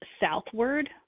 southward